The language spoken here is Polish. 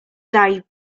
daj